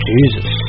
Jesus